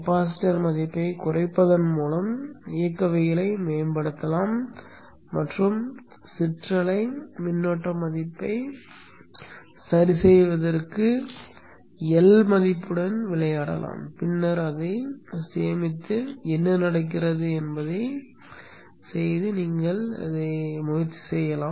capacitor மதிப்பைக் குறைப்பதன் மூலம் இயக்கவியலை மேம்படுத்தலாம் மற்றும் சிற்றலை மின்னோட்ட மதிப்பைச் சரிசெய்வதற்கு எல் மதிப்புடன் விளையாடலாம் பின்னர் அதைச் சேமித்து என்ன நடக்கிறது என்பதை நீங்கள் முயற்சி செய்யலாம்